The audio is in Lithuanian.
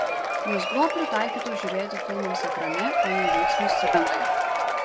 jos buvo pritaikytos žiūrėti filmams ekrane o ne veiksmui scenoje